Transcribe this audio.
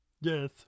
yes